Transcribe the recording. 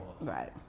Right